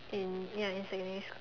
in ya in secondary school